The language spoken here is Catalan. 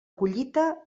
collita